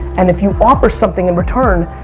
and if you offer something in return,